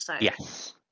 Yes